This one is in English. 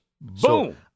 Boom